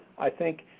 i think,